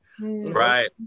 right